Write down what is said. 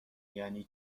یعنی